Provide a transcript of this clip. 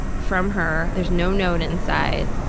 from her. there is no note inside.